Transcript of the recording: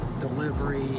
delivery